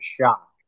shock